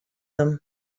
them